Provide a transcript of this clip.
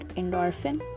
endorphin